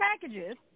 packages